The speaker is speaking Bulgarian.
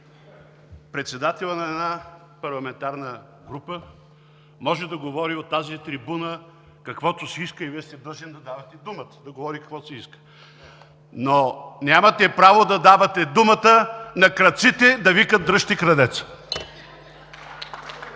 председателят на една парламентарна група може да говори от тази трибуна каквото си иска, и Вие сте длъжен да давате думата да говори каквото си иска. Но нямате право да давате думата на крадците да викат: „Дръжте крадеца!“ (Смях